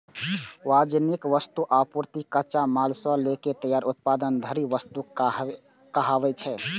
वाणिज्यिक वस्तु, आपूर्ति, कच्चा माल सं लए के तैयार उत्पाद धरि वस्तु कहाबै छै